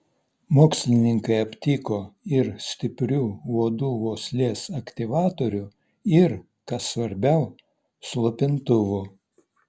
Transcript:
mokslininkai aptiko ir stiprių uodų uoslės aktyvatorių ir kas svarbiau slopintuvų